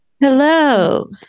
Hello